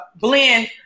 Blend